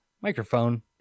microphone